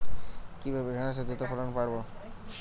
কিভাবে ঢেঁড়সের দ্রুত ফলন বাড়াব?